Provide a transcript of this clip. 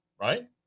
Right